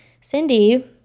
Cindy